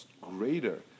greater